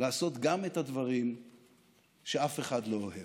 לעשות גם את הדברים שאף אחד לא אוהב.